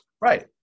Right